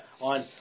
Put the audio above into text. on